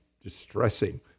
distressing